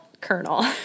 colonel